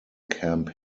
camp